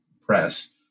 Press